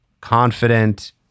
confident